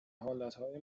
حالتهای